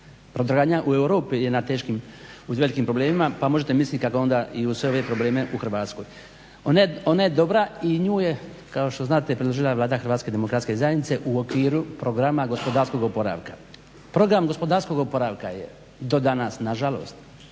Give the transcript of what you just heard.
Brodogradnja u Europi je u velikim problemima pa možete misliti kako je onda i uz sve ove probleme u Hrvatskoj. Ona je dobra i nju je kao što znate predložila Vlada HDZ-a u okviru programa gospodarskog oporavka. Program gospodarskog oporavka je do danas, nažalost,